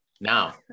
now